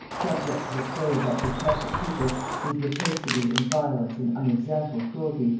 subject to the sway of that detested people whose rapacity, and violence, and unexampled cruelty,